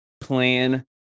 plan